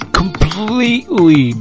completely